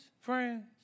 friends